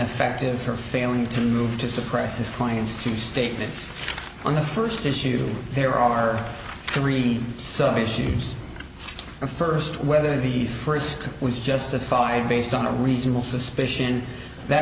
ineffective for failing to move to suppress his client's two statements on the first issue there are three sub issues the first whether the first was justified based on a reasonable suspicion that